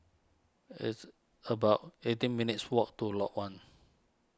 it's about eighteen minutes' walk to Lot one